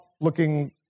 looking